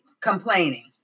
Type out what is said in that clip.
complaining